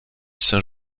saint